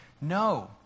No